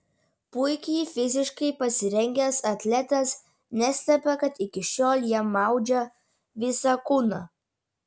puikiai fiziškai pasirengęs atletas neslepia kad iki šiol jam maudžia visą kūną